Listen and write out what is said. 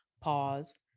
Pause